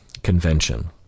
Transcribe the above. convention